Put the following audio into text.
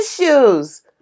issues